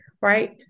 right